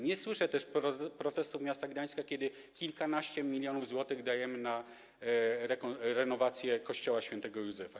Nie słyszę też protestów miasta Gdańska, kiedy kilkanaście milionów złotych dajemy na renowację kościoła św. Józefa.